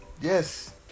Yes